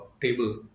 table